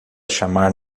chamar